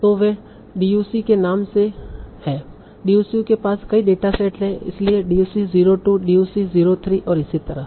तो वे DUC के नाम से हैं DUC के पास कई डेटासेट हैं इसलिए DUC 02 DUC 03 और इसी तरह